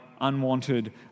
unwanted